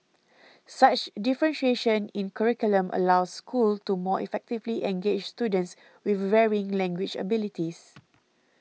such differentiation in curriculum allows schools to more effectively engage students with varying language abilities